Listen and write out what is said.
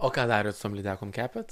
o ką darėt su tom lydekom kepėt